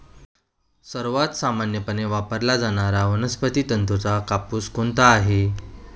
सर्वात सामान्यपणे वापरला जाणारा वनस्पती तंतूचा कापूस कोणता आहे?